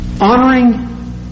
Honoring